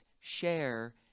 share